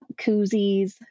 koozies